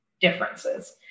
differences